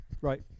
Right